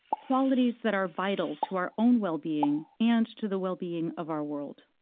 qualities that are vital to our own wellbeing and to the wellbeing of our world.